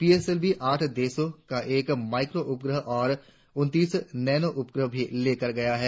P S L V आठ देशों का एक माइक्रो उपग्रह और उनतीस नैनो उपग्रह भी लेकर गया है